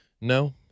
No